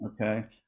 okay